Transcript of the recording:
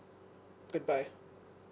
goodbye